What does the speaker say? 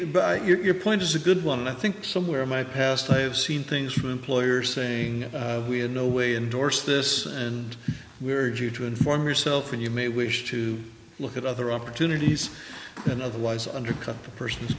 but your point is a good one and i think somewhere in my past i've seen things from employers saying we have no way indorse this and we're you to inform yourself and you may wish to look at other opportunities than otherwise undercut the person's